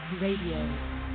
Radio